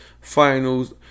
finals